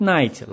Night